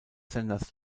senders